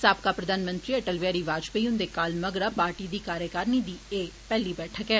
साबका प्रधानमंत्री अटल बिहारी वाजपेई हुन्दे काल मगरा पार्टी दी कार्यकारी दी एह पैहली बैठक ऐ